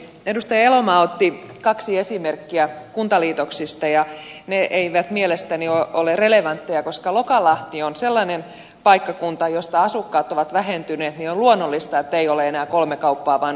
edustaja elomaa otti kaksi esimerkkiä kuntaliitoksista ja ne eivät mielestäni ole relevantteja koska lokalahti on sellainen paikkakunta josta asukkaat ovat vähentyneet ja on luonnollista että ei ole enää kolme kauppaa vaan on yksi kauppa